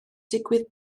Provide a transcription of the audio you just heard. digwydd